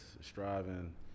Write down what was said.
striving